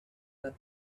that